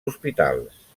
hospitals